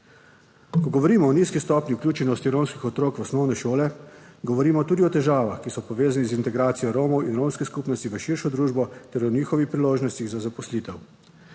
Ko govorimo o nizki stopnji vključenosti romskih otrok v osnovne šole, govorimo tudi o težavah, ki so povezane z integracijo Romov in romske skupnosti v širšo družbo ter o njihovih priložnostih za zaposlitev.